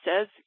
says